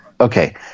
okay